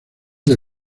del